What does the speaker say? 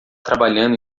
trabalhando